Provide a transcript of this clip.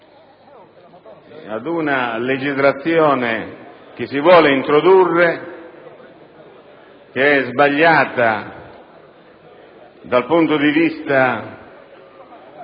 alla legislazione che si vuole introdurre, sbagliata dal punto di vista